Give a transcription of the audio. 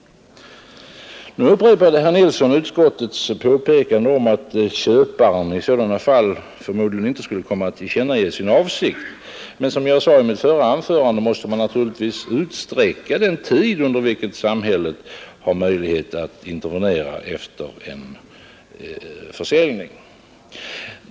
Nu upprepade herr Nilsson utskottets påpekande att köparen i sådana fall förmodligen inte skulle komma att tillkännage sin avsikt. Men som jag sade i mitt förra anförande måste man naturligtvis utsträcka den tid under vilken samhället har möjlighet att intervenera efter en försäljning.